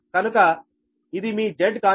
కనుక ఇది మీ Z